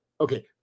okay